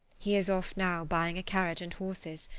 he is off now buying a carriage and horses.